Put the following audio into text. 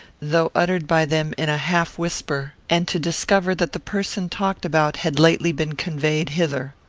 though uttered by them in a half whisper, and to discover that the person talked about had lately been conveyed thither.